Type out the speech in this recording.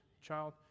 child